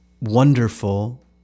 wonderful